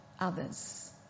others